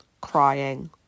crying